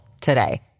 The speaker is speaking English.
today